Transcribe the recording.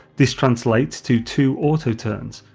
this translates to two auto turns,